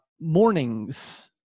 mornings